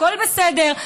הכול בסדר.